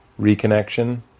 reconnection